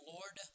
Lord